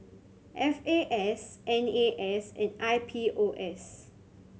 F A S N A S and I P O S